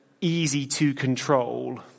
easy-to-control